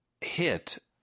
hit